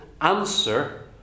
answer